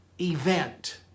event